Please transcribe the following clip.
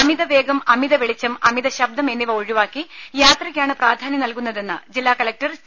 അമിത വേഗം അമിത വെളിച്ചം അമിത ശബ്ദം എന്നിവ ഒഴിവാക്കി യാത്രയ്ക്കാണ് പ്രാധാന്യം നൽകുന്നതെന്ന് ജില്ലാ കലക്ടർ ടി